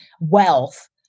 wealth